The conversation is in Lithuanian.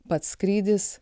pats skrydis